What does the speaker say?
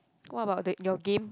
what about it your game